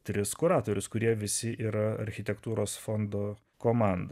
tris kuratorius kurie visi yra architektūros fondo komanda